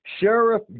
Sheriff